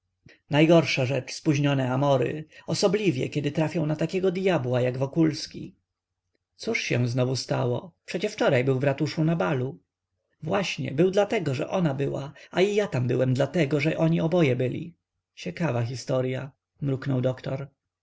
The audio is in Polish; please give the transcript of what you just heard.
najgorsza rzecz spóźnione amory osobliwie kiedy trafią na takiego dyabła jak wokulski cóż się znowu stało przecie wczoraj był w ratuszu na balu właśnie był dlatego że ona była a i ja tam byłem dlatego że oni oboje byli ciekawa historya mruknął doktor